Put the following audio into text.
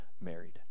married